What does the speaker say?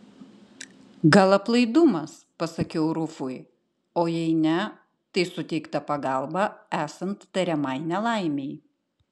gal aplaidumas pasakiau rufui o jei ne tai suteikta pagalba esant tariamai nelaimei